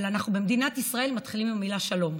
אבל אנחנו במדינת ישראל מתחילים במילה "שלום".